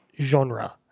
genre